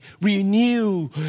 Renew